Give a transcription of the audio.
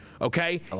Okay